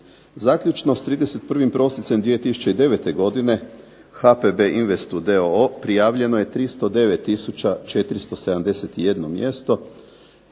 zaključno s 31. prosincem 2009. godine HPB Invest d.o.o. prijavljeno je 309 tisuća